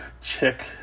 check